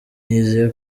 nizeye